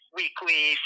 weekly